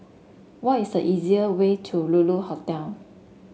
what is the easier way to Lulu Hotel